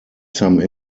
some